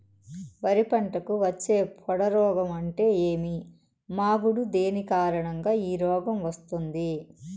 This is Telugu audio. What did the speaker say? వరి పంటకు వచ్చే పొడ రోగం అంటే ఏమి? మాగుడు దేని కారణంగా ఈ రోగం వస్తుంది?